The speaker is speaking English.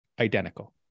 Identical